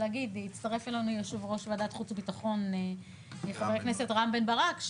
הצטרף אלינו יושב-ראש ועדת החוץ והביטחון חבר הכנסת רם בן ברק,